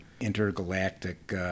intergalactic